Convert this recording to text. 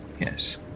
Yes